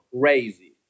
crazy